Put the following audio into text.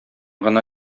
гына